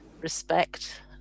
respect